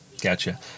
gotcha